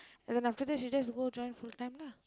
and then after that she just go join full time lah